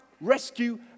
rescue